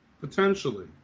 Potentially